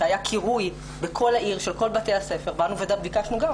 כשהיה קירוי בכל העיר של כל בתי הספר ביקשנו גם,